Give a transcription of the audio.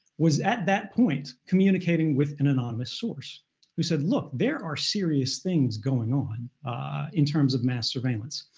was at that point communicating with an anonymous source who said look, there are serious things going on in terms of mass surveillance.